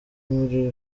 muri